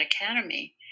academy